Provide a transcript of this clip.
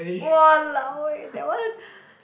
!walao! eh that one